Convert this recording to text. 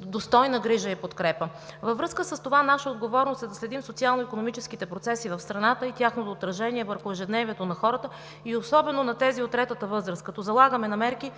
достойна грижа и подкрепа. Във връзка с това наша отговорност е да следим социално икономическите процеси в страната и тяхното отражение върху ежедневието на хората, особено на тези от третата възраст, като залагаме на мерки,